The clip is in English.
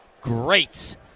great